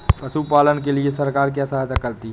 पशु पालन के लिए सरकार क्या सहायता करती है?